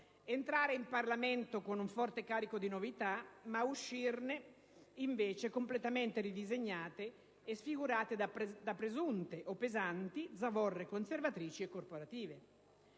entrare in Parlamento con un forte carico di novità ed uscirne completamente ridisegnate e sfigurate da presunte o pesanti zavorre conservatrici e corporative.